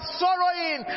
sorrowing